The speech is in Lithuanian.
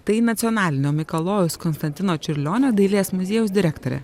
tai nacionalinio mikalojaus konstantino čiurlionio dailės muziejaus direktorė